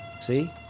See